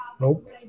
nope